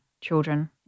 children